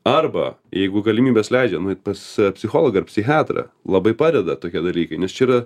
arba jeigu galimybės leidžia nueit pas psichologą ar psichiatrą labai padeda tokie dalykai nes čia yra